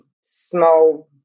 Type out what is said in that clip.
small